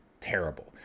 terrible